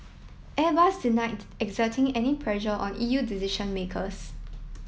airbus denied exerting any pressure on E U decision makers